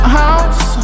house